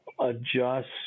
adjust